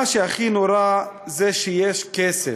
מה שהכי נורא זה שיש כסף.